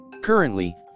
Currently